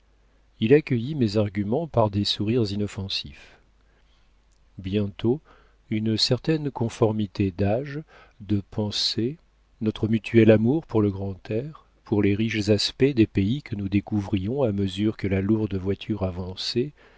il accueillit mes arguments par des sourires inoffensifs bientôt une certaine conformité d'âge de pensée notre mutuel amour pour le grand air pour les riches aspects des pays que nous découvrions à mesure que la lourde voiture avançait